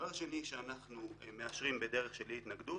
דבר שני שאנחנו מאשרים בדרך של אי-התנגדות